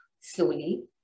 slowly